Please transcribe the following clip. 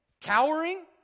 Cowering